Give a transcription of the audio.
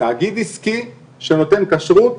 תאגיד עסקי שנותן כשרות.